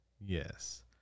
yes